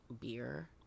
beer